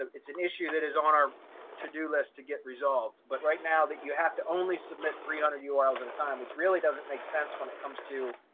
um it's an issue that is on our to do list to get resolved. but right now that you have to only submit three hundred urls at a time, which really doesn't make sense when it comes to